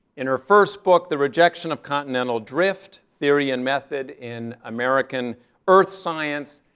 in her first book, the rejection of continental drift, theory and method in american earth science,